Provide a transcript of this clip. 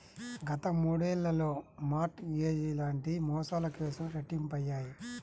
గత మూడేళ్లలో mortgage లాంటి మోసాల కేసులు రెట్టింపయ్యాయి